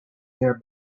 their